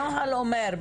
הנוהל אומר,